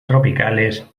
tropicales